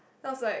sounds like